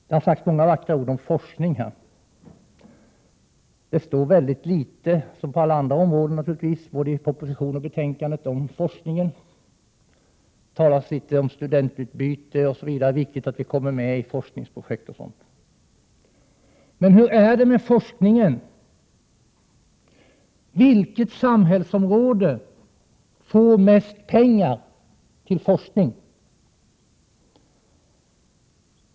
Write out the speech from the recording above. Det har sagts många vackra ord om forskning. Det står väldigt lite, som på alla andra områden naturligtvis, både i propositionen och betänkandet, om forskning. Det talas litet om studentutbyte, att det är viktigt att vi kommer med i forskningsprojekt osv., men hur ligger det till med forskningen? Vilket samhällsområde får mest pengar till forskning?